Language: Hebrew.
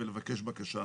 ולבקש בקשה.